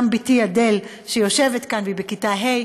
גם בתי אדל שיושבת כאן והיא בכיתה ה',